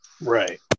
right